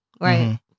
Right